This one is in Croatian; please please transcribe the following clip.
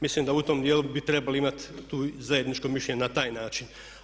Mislim da u tom dijelu bi trebali imati tu zajedničko mišljenje na taj način.